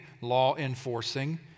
law-enforcing